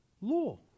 law